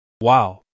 Wow